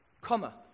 comma